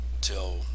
till